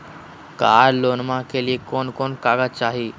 कार लोनमा के लिय कौन कौन कागज चाही?